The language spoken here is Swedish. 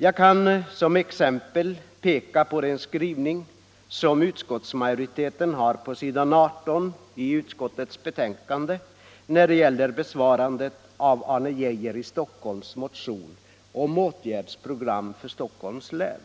Jag kan som exempel peka på den skrivning som utskottsmajoriteten har på s. 18 i utskottets betänkande när det gäller besvarandet av Arne Geijers i Stockholm motion om åtgärdsprogram för Stockholms län.